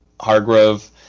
Hargrove